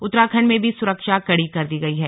उत्तराखंड में भी सुरक्षा कड़ी कर दी गई है